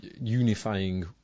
unifying